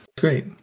Great